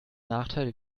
nachteile